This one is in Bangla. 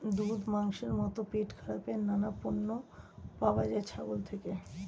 দুধ, মাংসের মতো পেটখারাপের নানান পণ্য পাওয়া যায় ছাগল থেকে